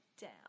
down